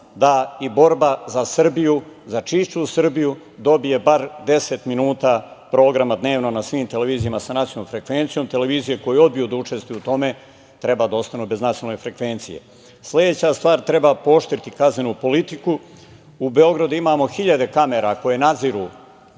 da i borba za Srbiju, za čistu Srbiju dobije bar 10 minuta programa dnevno na svim televizijama sa nacionalnom frekvencijom. Televizije koje odbiju da učestvuju u tome treba da ostanu bez nacionalne frekvencije. Sledeća stvar, treba pooštriti kaznenu politiku. U Beogradu imamo hiljade kamera koje nadziru